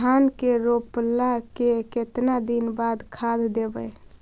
धान के रोपला के केतना दिन के बाद खाद देबै?